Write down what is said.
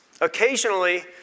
Occasionally